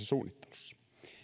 suunnittelussa